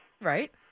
Right